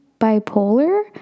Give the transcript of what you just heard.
bipolar